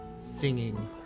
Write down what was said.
singing